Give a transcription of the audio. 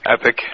Epic